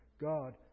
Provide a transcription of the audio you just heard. God